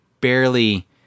barely